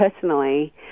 personally